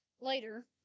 later